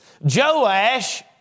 Joash